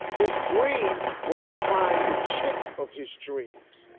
his dream was to find the chick of his dreams.